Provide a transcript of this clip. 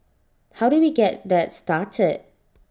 how do we get that started